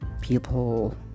people